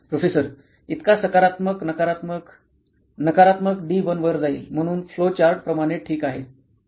professor इतका सकारात्मक नकारात्मक नकारात्मक डी 1 वर जाईल म्हणून फ्लो चार्ट प्रमाणे ठीक आहे